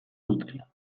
dutela